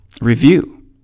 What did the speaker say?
review